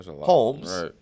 homes